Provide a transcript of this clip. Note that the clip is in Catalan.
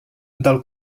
del